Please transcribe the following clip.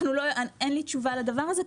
אין לי תשובה לדבר הזה,